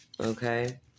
okay